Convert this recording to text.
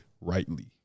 rightly